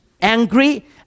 angry